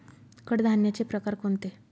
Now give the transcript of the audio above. कडधान्याचे प्रकार कोणते?